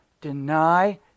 deny